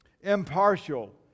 impartial